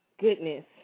goodness